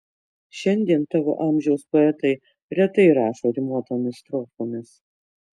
šiandien tavo amžiaus poetai retai rašo rimuotomis strofomis